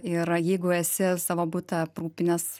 ir jeigu esi savo butą aprūpinęs